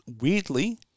weirdly